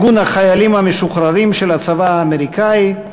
ארגון החיילים המשוחררים של הצבא האמריקני,